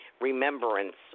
remembrance